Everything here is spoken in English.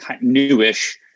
newish